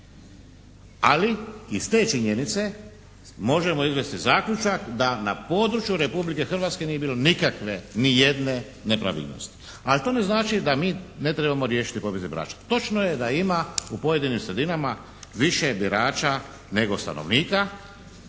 Ali iz te činjenice možemo izvesti zaključak da na području Republike Hrvatske nije bilo nikakve, ni jedne nepravilnosti. A to ne znači da mi ne trebamo riješiti popise birača. Točno je da ima u pojedinim sredinama više birača nego stanovnika.